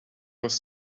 was